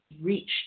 reached